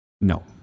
No